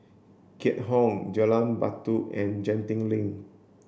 Keat Hong Jalan Batu and Genting Link